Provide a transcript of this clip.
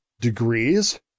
degrees